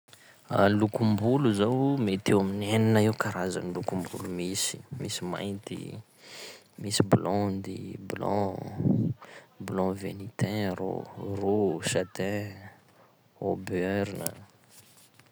Lokom-bolo zao, mety eo amin'ny enina eo karazan'ny lokom-bolo misy: misy mainty, misy blonde i, blanc an, blanc vénitien arô, roux, châtain, auburn a.